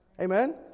Amen